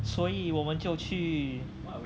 所以我们就去